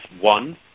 one